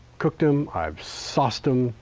cooked them. i've sauced them.